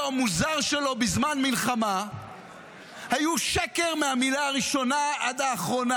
המוזר שלו בזמן מלחמה היו שקר מהמילה הראשונה עד האחרונה.